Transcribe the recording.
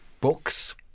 books